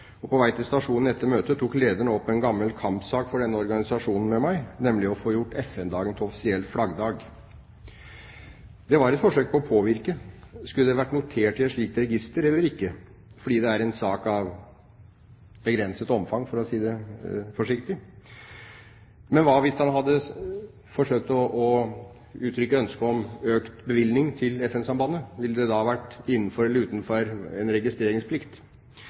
På vei til stasjonen etter møtet tok lederen opp med meg en gammel kampsak for denne organisasjonen, nemlig å få gjort FN-dagen til offisiell flaggdag. Det var et forsøk på å påvirke. Skulle det vært notert i et slikt register eller ikke? For dette er en sak av begrenset omfang, for å si det forsiktig. Men hva hvis han hadde forsøkt å uttrykke ønske om økt bevilgning til FN-sambandet? Ville det da vært innenfor eller utenfor en registreringsplikt?